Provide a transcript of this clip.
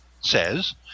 says